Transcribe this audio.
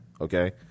Okay